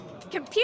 Computer